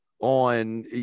on